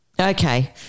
Okay